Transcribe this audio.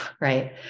right